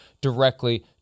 directly